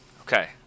okay